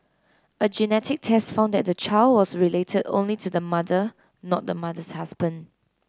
a genetic test found that the child was related only to the mother not the mother's husband